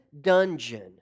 dungeon